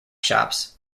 shops